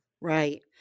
right